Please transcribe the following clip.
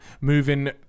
moving